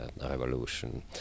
revolution